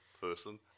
person